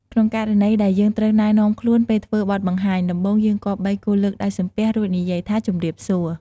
ក្នុងករណីដែលយើងត្រូវណែនាំខ្លួនពេលធ្វើបទបង្ហាញ ដំបូងយើងគម្បីគួរលើកដៃសំពះ រួចនិយាយថាជំរាបសួរ។